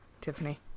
Tiffany